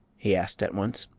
he asked, at once.